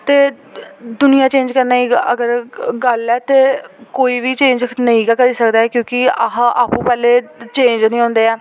ते दुनिया चेंज करने दी अगर गल्ल ऐ ते कोई बी चेंज नेईं गै करी सकदा ऐ क्योंकि अस आपूं पैह्ले चेंज नी होंदे ऐ